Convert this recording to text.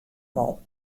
wol